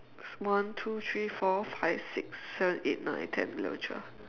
one two three four five six seven eight nine ten eleven twelve